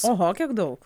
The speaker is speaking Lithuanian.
oho kiek daug